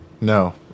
No